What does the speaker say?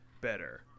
better